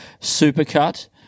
supercut